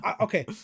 okay